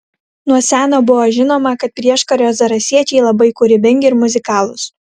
nuo seno buvo žinoma kad prieškario zarasiečiai labai kūrybingi ir muzikalūs